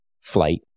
flight